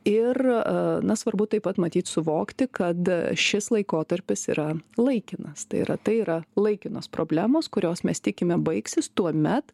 ir na svarbu taip pat matyt suvokti kada šis laikotarpis yra laikinas tai yra tai yra laikinos problemos kurios mes tikime baigsis tuomet